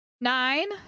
nine